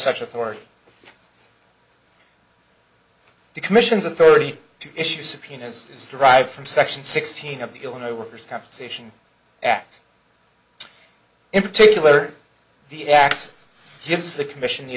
such authority the commissions authority to issue subpoenas is derived from section sixteen of the illinois workers compensation act in particular the act gives the commission the